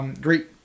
great